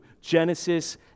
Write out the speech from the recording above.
Genesis